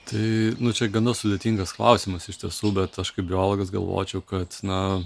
tai nu čia gana sudėtingas klausimas iš tiesų bet aš kaip biologas galvočiau kad na